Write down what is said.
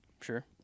Sure